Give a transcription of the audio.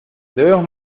debemos